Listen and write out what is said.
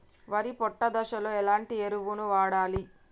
వరి పొట్ట దశలో ఎలాంటి ఎరువును వాడాలి?